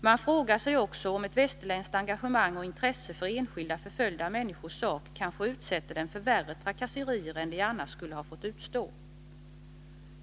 Man frågar sig också om ett västerländskt engagemang och intresse för enskilda förföljda människors sak kanske utsätter dem för värre trakasserier än de annars skulle ha fått utstå.